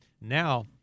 Now